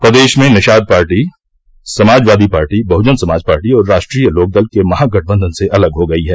प्रदेश में Nishad party Samajwadi party Bahujan Samaj party और राष्ट्रीय लोकदल के महागठबंधन से अलग हो गई है